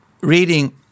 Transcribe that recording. reading